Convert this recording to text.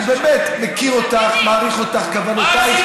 אני באמת מכיר אותך, מעריך אותך.